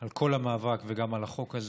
על כל המאבק, וגם על החוק הזה.